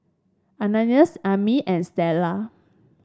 Ananias Aimee and Stella